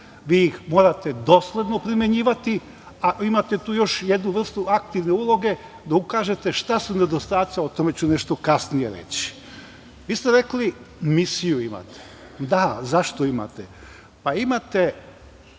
Vi ih morate dosledno primenjivati. Tu imate još jednu vrstu aktivne uloge, da ukažete šta su nedostaci, a o tome ću nešto kasnije reći. Vi ste rekli – misiju imate. Da, a zašto imate? Pa, imate